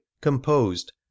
composed